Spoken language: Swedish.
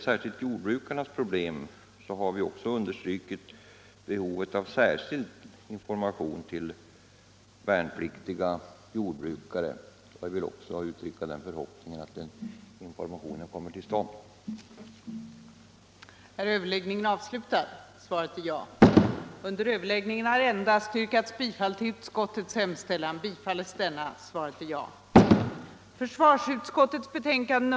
Vi har understrukit behovet av särskild information just till värnpliktiga jordbrukare, och jag vill slutligen uttrycka den förhoppningen att en ökad in formation också kommer till stånd. Överläggningen var härmed slutad. Utskottets hemställan bifölls.